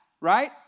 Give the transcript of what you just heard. right